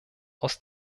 aus